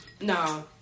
No